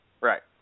Right